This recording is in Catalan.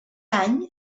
any